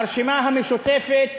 ברשימה המשותפת